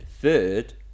third